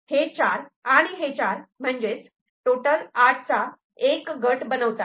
हे 4 आणि हे 4 म्हणजेच टोटल 8 चा एक गट बनवतात